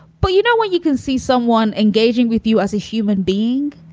but you know what? you can see someone engaging with you as a human being.